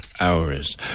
hours